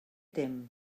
tem